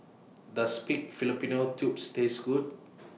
Does Pig Fallopian Tubes Taste Good